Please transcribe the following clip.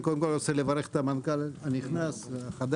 אני קודם כל רוצה לברך את המנכ"ל הנכנס החדש,